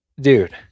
Dude